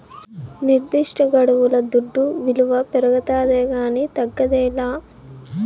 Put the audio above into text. నిర్దిష్టగడువుల దుడ్డు విలువ పెరగతాదే కానీ తగ్గదేలా